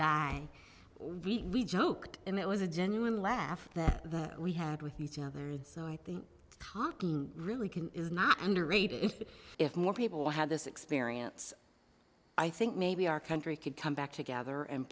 guy we joked and it was a genuine laugh that we had with each other so i think cocky really can is not underrate if if more people had this experience i think maybe our country could come back together and